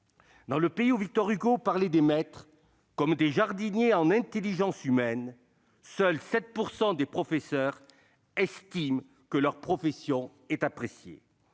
Dans le pays où Victor Hugo qualifiait les maîtres d'école de « jardiniers en intelligence humaine », seuls 7 % des professeurs estiment que leur profession est appréciée.